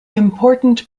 important